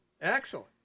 Excellent